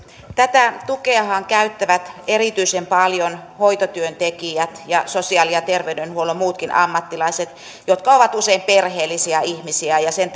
tätä tukeahan käyttävät erityisen paljon hoitotyöntekijät ja muutkin sosiaali ja terveydenhuollon ammattilaiset jotka ovat usein perheellisiä ihmisiä ja sen